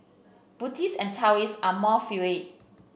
Buddhists and Taoists are more fluid